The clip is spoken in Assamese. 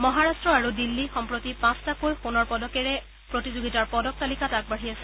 মহাৰাট্ট আৰু দিল্লী সম্প্ৰতি পাঁচটাকৈ সোণৰ পদকেৰে প্ৰতিযোগিতাৰ পদক তালিকাত আগবাঢ়ি আছে